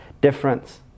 difference